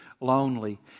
lonely